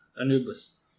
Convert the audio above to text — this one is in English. Anubis